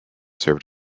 served